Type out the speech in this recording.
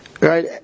right